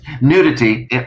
nudity